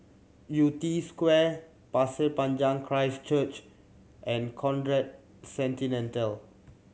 Yew Tee Square Pasir Panjang Christ Church and Conrad